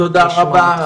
תודה רבה,